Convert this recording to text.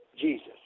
Jesus